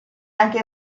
anche